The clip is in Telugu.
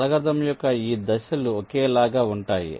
అల్గోరిథం యొక్క ఈ దశలు ఒకేలాగా ఉంటాయి